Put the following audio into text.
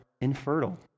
infertile